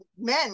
men